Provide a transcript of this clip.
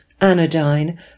Anodyne